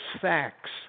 facts